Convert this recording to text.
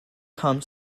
come